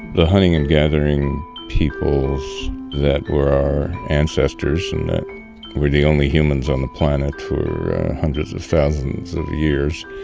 the hunting and gathering peoples that were our ancestors, and that were the only humans on the planet for hundreds of thousands of years,